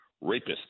rapist